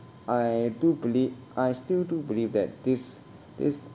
I do believe I still do believe that this this